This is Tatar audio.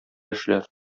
эшләр